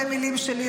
זה מילים שלי,